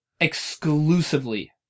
exclusively